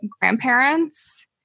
grandparents